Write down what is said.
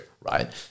Right